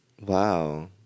Wow